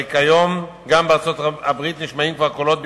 הרי כיום גם בארצות-הברית נשמעים כבר קולות של